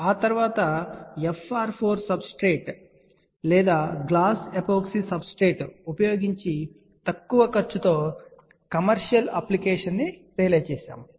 ఆ తరువాత మనము FR4 సబ్స్ట్రేట్ లేదా గ్లాస్ ఎపోక్సీ సబ్స్ట్రేట్ ఉపయోగించి తక్కువ ఖర్చుతో కమర్షియల్ అప్లికేషన్ను రియలైజేషన్ చేసాము